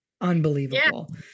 unbelievable